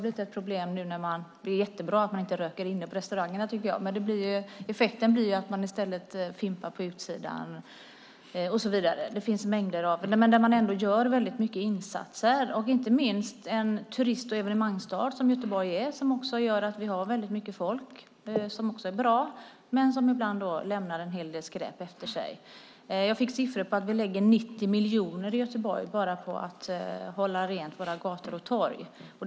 Det är jättebra att man inte röker inne på restaurangerna, men effekten blir att folk i stället fimpar på utsidan. Men man gör många insatser i Göteborg. Den turist och evenemangsstad som Göteborg är gör att det är väldigt mycket folk där, vilket är bra, men ibland lämnar de en hel del skräp efter sig. Jag fick siffror på att vi lägger ned 90 miljoner i Göteborg på att hålla rent på våra gator och torg.